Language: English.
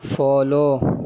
follow